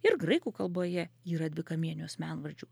ir graikų kalboje yra dvikamienių asmenvardžių